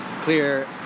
clear